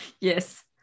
yes